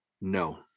no